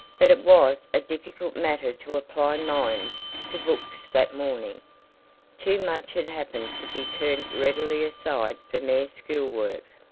but it was a difficult matter to apply minds to books that morning too much had happened to be turned readily aside for mere school work.